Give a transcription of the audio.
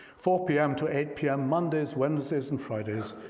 four p m. to eight p m. mondays, wednesdays, and fridays,